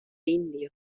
indio